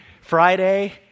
Friday